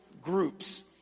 groups